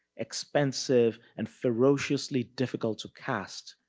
expensive and ferociously difficult to cast.